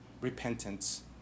repentance